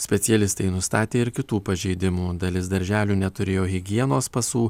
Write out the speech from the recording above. specialistai nustatė ir kitų pažeidimų dalis darželių neturėjo higienos pasų